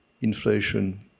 inflation